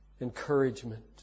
encouragement